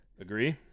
Agree